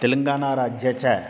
तेलङ्गानाराज्ये च